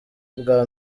bwa